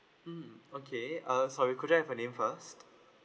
mm okay err sorry could I have your name first